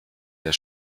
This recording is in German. der